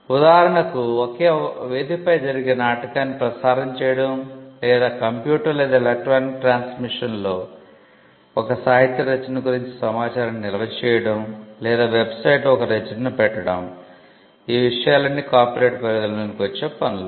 ఉదాహరణకు ఒక వేదికపై జరిగే నాటకాన్ని ప్రసారం చేయడం లేదా కంప్యూటర్ లేదా ఎలక్ట్రానిక్ ట్రాన్స్మిషన్లో ఒక సాహిత్య రచన గురించి సమాచారాన్ని నిల్వ చేయడం లేదా వెబ్సైట్లో ఒక రచనను పెట్టడం ఈ విషయాలన్నీ కాపీరైట్ పరిధిలోనికి వచ్చే పనులు